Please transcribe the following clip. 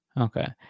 Okay